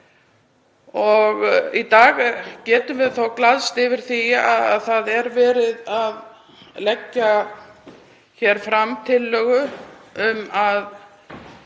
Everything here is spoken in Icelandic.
Í dag getum við þó glaðst yfir því að það er verið að leggja hér fram tillögu um að